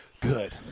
Good